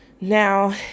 Now